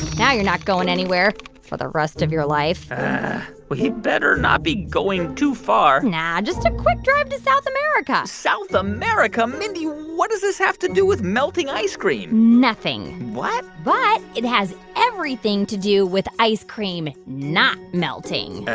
now you're not going anywhere for the rest of your life we better not be going too far nah, just a quick drive to south america south america? mindy, what does this have to do with melting ice cream? nothing what? but it has everything to do with ice cream not melting.